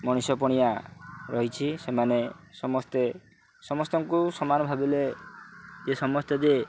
ମଣିଷ ପଣିଆ ରହିଛି ସେମାନେ ସମସ୍ତେ ସମସ୍ତଙ୍କୁ ସମାନ ଭାବିଲେ ଯେ ସମସ୍ତେ ଯେ